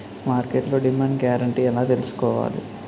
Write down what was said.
మార్కెట్లో demand guarantee ఎలా తెల్సుకోవాలి?